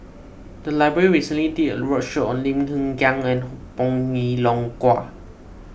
the library recently did a roadshow on Lim Hng Kiang and Bong Hiong Hwa